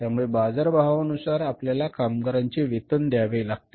त्यामुळे बाजार भावानुसार आपल्याला कामगारांचे वेतन द्यावे लागते